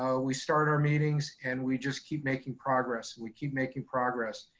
ah we start our meetings and we just keep making progress, we keep making progress.